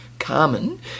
Carmen